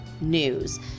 news